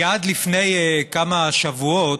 כי עד לפני כמה שבועות,